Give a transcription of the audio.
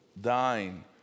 dying